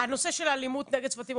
גם בכנסת ה-20,